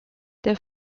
der